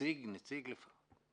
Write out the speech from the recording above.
נציג לפחות.